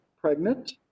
pregnant